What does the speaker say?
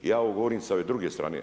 Ja ovo govorim sa ove druge strane.